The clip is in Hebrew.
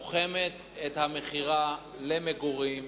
שהרפורמה תוחמת את המכירה למגורים